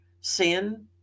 sin